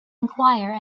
enquire